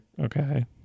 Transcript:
okay